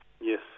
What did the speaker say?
Yes